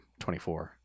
24